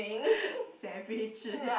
savage